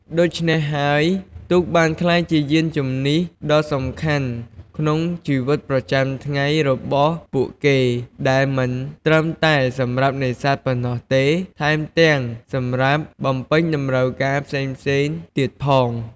ដូច្នេះហើយទូកបានក្លាយជាយានជំនិះដ៏សំខាន់ក្នុងជីវិតប្រចាំថ្ងៃរបស់ពួកគេ ដែលមិនត្រឹមតែសម្រាប់នេសាទប៉ុណ្ណោះទេ ថែមទាំងសម្រាប់បំពេញតម្រូវការផ្សេងៗទៀតផង។